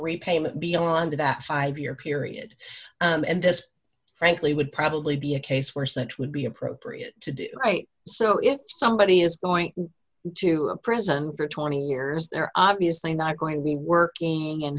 repayment beyond that five year period and this frankly would probably be a case where such would be appropriate to do right so if somebody is going to prison for twenty years they're obviously not going to be working and